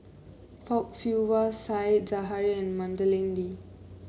Fock Siew Wah Said Zahari and Madeleine Lee